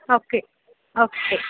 okay okay